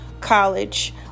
college